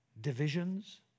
divisions